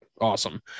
Awesome